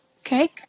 Okay